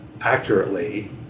accurately